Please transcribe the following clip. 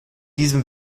diesem